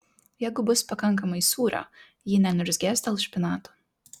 jeigu bus pakankamai sūrio ji neniurzgės dėl špinatų